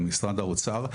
משרד האוצר,